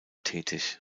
tätig